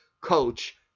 coach